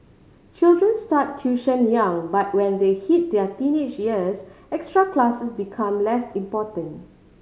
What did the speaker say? children start tuition young but when they hit their teenage years extra classes become less important